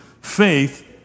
faith